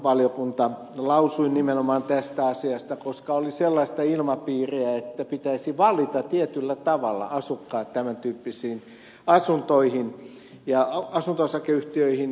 valiokunta lausui nimenomaan tästä asiasta koska oli sellaista ilmapiiriä että pitäisi valita tietyllä tavalla asukkaat tämäntyyppisiin asuntoihin ja asunto osakeyhtiöihin